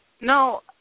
No